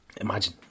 Imagine